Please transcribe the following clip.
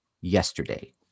yesterday